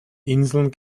inseln